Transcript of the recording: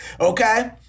Okay